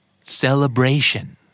Celebration